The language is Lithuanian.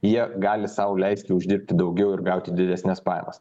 jie gali sau leisti uždirbti daugiau ir gauti didesnes pajamas